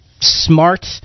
smart